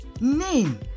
Name